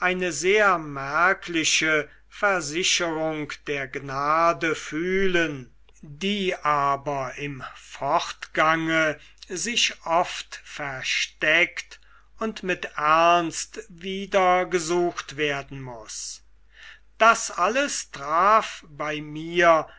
sehr merkliche versicherung der gnade fühlen die aber im fortgange sich oft versteckt und mit ernst wieder gesucht werden muß das alles traf bei mir